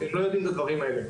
הם לא יודעים את הדברים האלה.